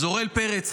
אוריאל פרץ,